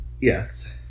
Yes